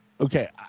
Okay